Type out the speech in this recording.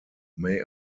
may